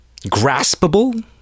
graspable